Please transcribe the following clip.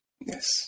Yes